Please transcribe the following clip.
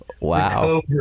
Wow